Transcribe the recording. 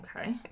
Okay